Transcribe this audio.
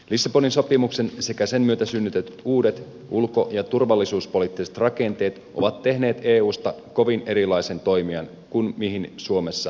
lissabonin sopimus sekä sen myötä synnytetyt uudet ulko ja turvallisuuspoliittiset rakenteet ovat tehneet eusta kovin erilaisen toimijan kuin mihin suomessa on totuttu